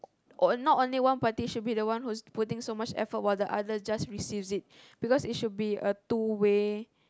or not only one party should be the one who's putting so much effort while the other just received it because it should be a two way